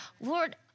Lord